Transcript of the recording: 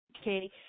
okay